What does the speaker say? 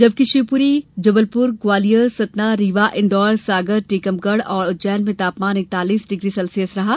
जबकि शिवपुरी जबलपुर ग्वालियर सतनारीवा इंदौर सागर टीकमगढ़ और उज्जैन में तापमान इकतालीस डिग्री सेल्सियस रहा